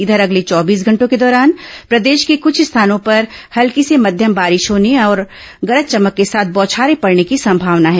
इधर अगले चौबीस घंटों के दौरान प्रदेश के कुछ स्थानों पर हल्की से मध्यम बारिश होने अथवा गरज चमक के साथ बौछारें पड़ने की संभावना है